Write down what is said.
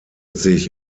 sich